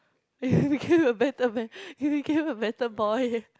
you became a better man you became a better boy